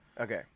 Okay